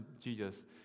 Jesus